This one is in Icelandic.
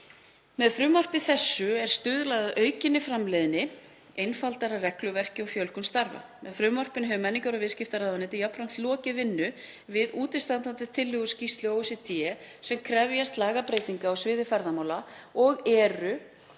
Með frumvarpi þessu er stuðlað að aukinni framleiðni, einfaldara regluverki og fjölgun starfa. Með frumvarpinu hefur menningar- og viðskiptaráðuneyti jafnframt lokið vinnu við útistandandi tillögur skýrslu OECD sem krefjast lagabreytinga á sviði ferðamála og eru